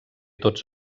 tots